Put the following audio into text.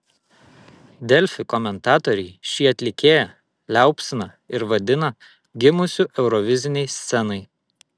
delfi komentatoriai šį atlikėją liaupsina ir vadina gimusiu eurovizinei scenai